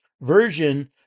version